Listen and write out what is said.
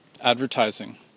advertising